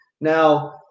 now